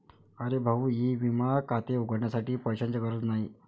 अरे भाऊ ई विमा खाते उघडण्यासाठी पैशांची गरज नाही